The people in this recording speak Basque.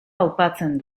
aupatzen